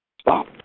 stop